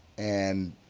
and